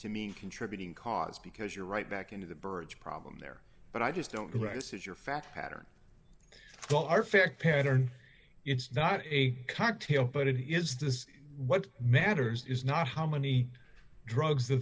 to mean contributing cause because you're right back into the birds problem there but i just don't know where this is your fat pattern all our fact pattern it's not a cocktail but it is this what matters is not how many drugs the